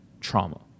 trauma